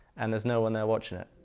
and there's no one there watching it.